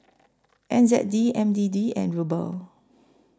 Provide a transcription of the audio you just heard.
N Z D N D D and Ruble